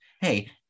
hey